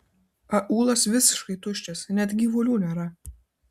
aūlas visiškai tuščias net gyvulių nėra